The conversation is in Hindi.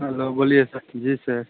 हेलो बोलिए सर जी सर